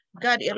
God